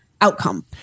outcome